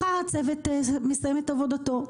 מחר הצוות מסיים את עבודתו.